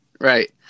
right